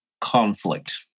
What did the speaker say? conflict